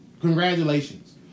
Congratulations